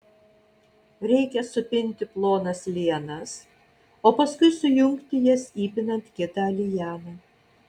reikia supinti plonas lianas o paskui sujungti jas įpinant kitą lianą